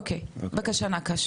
אוקי, בבקשה נקש.